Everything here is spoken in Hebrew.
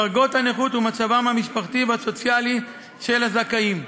דרגות הנכות ומצבם המשפחתי והסוציאלי של הזכאים.